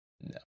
no